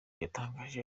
yatangaje